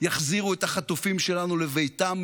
יחזירו את החטופים שלנו לביתם,